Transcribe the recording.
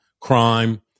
crime